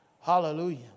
Hallelujah